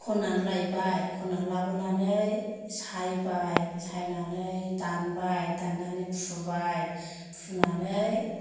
खननानै लायबाय खननानै लाबोनानै सायबाय सायनानै दानबाय दाननानै फुबाय फुनानै